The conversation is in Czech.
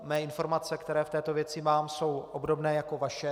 Mé informace, které v této věci mám, jsou obdobné jako vaše.